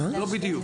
לא בדיוק.